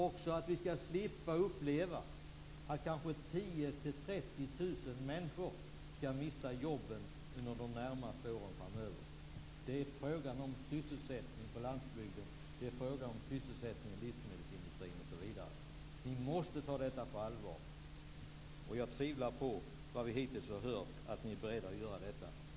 Vi kanske också skall slippa uppleva att 10 000-30 000 människor mister jobben under de närmaste åren framöver. Det är fråga om sysselsättning på landsbygden, och det är fråga om sysselsättning i livsmedelsindustrin osv. Ni måste ta detta på allvar. Efter vad vi hittills har hört tvivlar jag på att ni är beredda att göra detta.